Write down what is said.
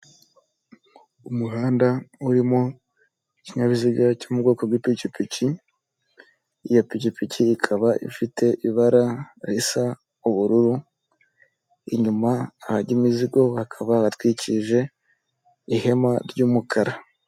Umuhanda urimo ikinyabiziga cyo mu bwoko bw'ipikipiki, iyo pikipiki ikaba ifite ibara risa ubururu inyuma ahajya imizigo hakaba hatwikirije ihema ry'umukara.